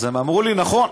אז הם אמרו לי: נכון.